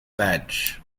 badge